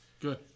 Good